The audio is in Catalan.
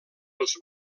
els